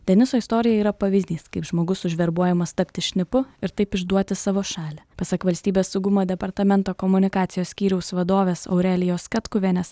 deniso istorija yra pavyzdys kaip žmogus užverbuojamas tapti šnipu ir taip išduoti savo šalį pasak valstybės saugumo departamento komunikacijos skyriaus vadovės aurelijos katkuvienės